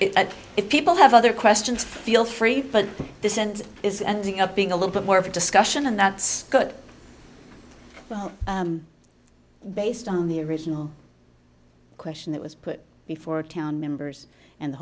if people have other questions feel free but this isn't is ending up being a little bit more of a discussion and that's good based on the original question that was put before town members and the